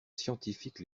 scientifique